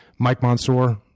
mike monsor,